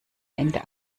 ende